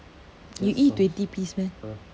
you eat twenty piece meh